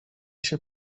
się